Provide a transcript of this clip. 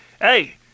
Hey